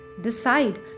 Decide